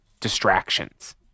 distractions